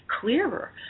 clearer